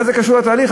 מה זה קשור לתהליך?